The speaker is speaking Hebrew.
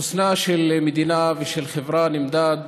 חוסנה של מדינה ושל חברה נמדד